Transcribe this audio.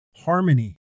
harmony